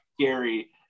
scary